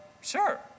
sure